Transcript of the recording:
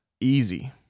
easy